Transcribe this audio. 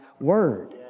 Word